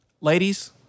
Ladies